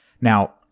Now